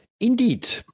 indeed